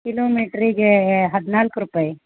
ಕಿಲೋಮೀಟ್ರಿಗೆ ಹದಿನಾಲ್ಕು ರೂಪಾಯಿ